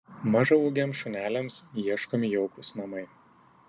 mažaūgiams šuneliams ieškomi jaukūs namai